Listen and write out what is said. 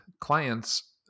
clients